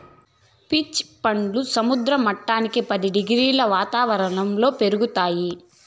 peach పండ్లు సముద్ర మట్టానికి పది డిగ్రీల వాతావరణంలో పెరుగుతాయి